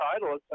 title